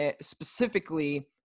specifically